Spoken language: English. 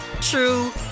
true